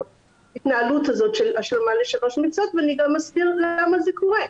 ההתנהלות הזאת של השלמה ל-3 ואני גם אסביר למה זה קורה.